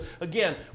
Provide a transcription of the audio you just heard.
again